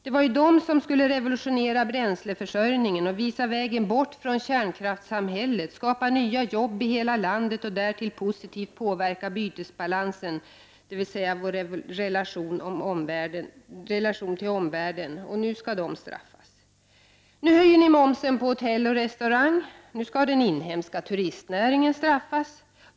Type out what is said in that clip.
Det var de som skulle revolutionera bränsleförsörjning, visa vägen bort från kärnkraftssamhället, skapa nya arbetstillfällen i hela landet och därtill positivt påverka bytesbalansen, dvs. vår relation till omvärlden. Nu skall de straffas. Nu höjer ni momsen på hotelloch restaurangtjänster. Nu skall den inhemska turistnäringen straffas.